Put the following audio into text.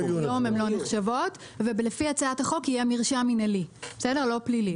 היום הן לא נחשבות ולפי הצעות החוק יהיה מרשם מנהלי ולא פלילי.